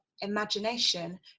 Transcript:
imagination